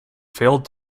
failed